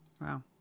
Wow